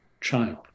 child